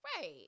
Right